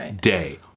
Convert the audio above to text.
day